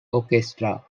orchestra